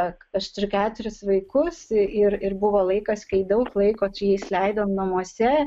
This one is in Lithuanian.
ak aš turiu keturis vaikus ir ir buvo laikas kai daug laiko čia mes leidom namuose